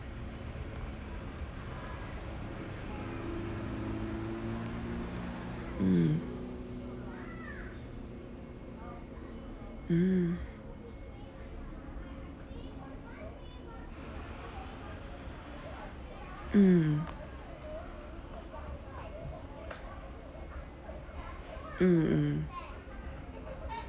mm mm mm mm mm